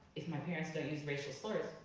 if my parents don't use racial slurs,